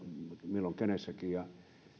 milloin kenessäkin ja